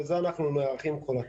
לזה אנחנו נערכים כל השנה.